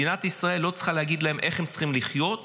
מדינת ישראל לא צריכה להגיד להם איך הם צריכים לחיות,